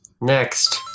Next